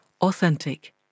authentic